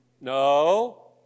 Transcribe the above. No